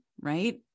Right